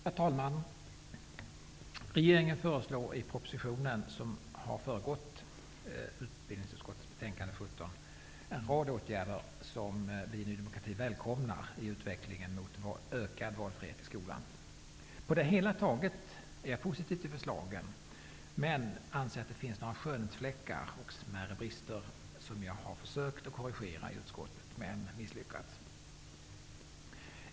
Herr talman! Regeringen föreslår i den proposition som har föregått utbildningsutskottets betänkande nr 17 en rad åtgärder som vi i Ny demokrati välkomnar, dvs. utvecklingen mot ökad valfrihet i skolan. På det hela taget är jag positiv till förslagen. Men jag anser att det finns skönhetsfläckar och smärre brister. Jag har försökt att korrigera dem i utskottet, men jag har misslyckats.